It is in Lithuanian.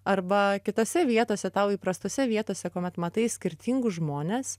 arba kitose vietose tau įprastose vietose kuomet matai skirtingus žmones